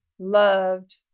loved